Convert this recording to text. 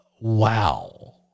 wow